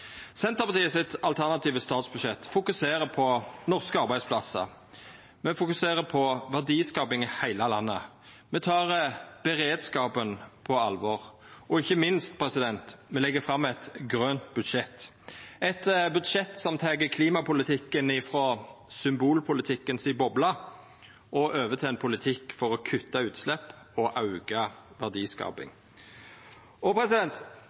Senterpartiet fokuserer i sitt alternative statsbudsjett på norske arbeidsplassar. Me fokuserer på verdiskaping i heile landet. Me tek beredskapen på alvor. Og ikkje minst: Me legg fram eit grønt budsjett – eit budsjett som tek klimapolitikken frå symbolpolitikkens boble og over til ein politikk for å kutta utslepp og auka verdiskaping.